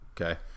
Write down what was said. okay